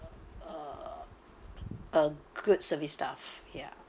uh a good service staff ya